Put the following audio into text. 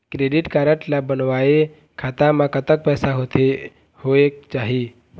Credit card ला बनवाए खाता मा कतक पैसा होथे होएक चाही?